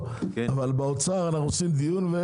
התעקשות והנחיות של משרד הבריאות שיעמדו